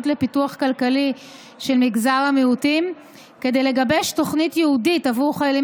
לפיתוח כלכלי של מגזר המיעוטים כדי לגבש תוכנית ייעודית עבור חיילים